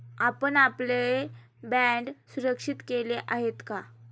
आपण आपले बाँड सुरक्षित केले आहेत का?